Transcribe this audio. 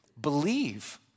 Believe